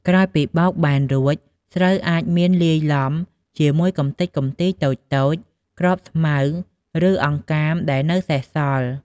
ក្រោយពីបោកបែនរួច ស្រូវអាចនៅមានលាយឡំជាមួយកំទេចកំទីតូចៗ គ្រាប់ស្មៅ ឬអង្កាមដែលនៅសេសសល់។